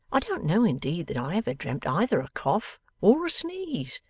i don't know, indeed, that i ever dreamt either a cough or a sneeze.